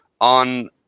on